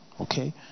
okay